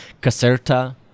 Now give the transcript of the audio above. Caserta